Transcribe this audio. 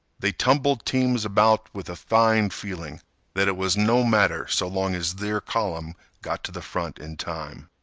they tumbled teams about with a fine feeling that it was no matter so long as their column got to the front in time.